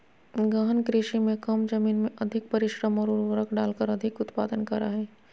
गहन कृषि में कम जमीन में अधिक परिश्रम और उर्वरक डालकर अधिक उत्पादन करा हइ